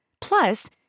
Plus